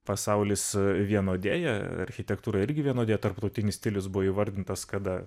pasaulis vienodėja architektūra irgi vienodėja tarptautinis stilius buvo įvardintas kada